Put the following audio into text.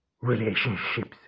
relationships